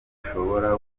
bishobora